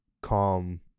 calm